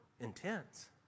intense